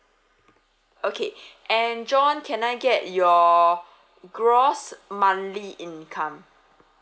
okay and john can I get your gross monthly income